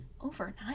Overnight